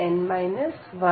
mn 1